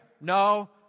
No